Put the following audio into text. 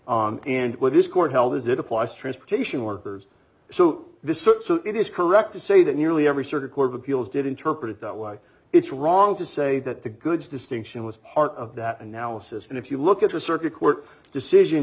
right and what this court held as it applies transportation workers so this it is correct to say that nearly every circuit court of appeals did interpret it that way it's wrong to say that the goods distinction was part of that analysis and if you look at the circuit court decision